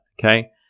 okay